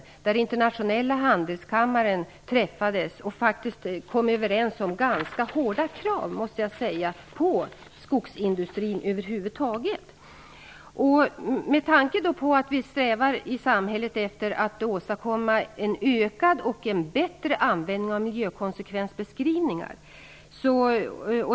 Representanter för internationella handelskammaren träffades och kom överens om ganska hårda krav på skogsindustrin. Vi strävar efter ett samhälle som i ökad grad självt ansvarar för och använder miljökonsekvensbeskrivningar.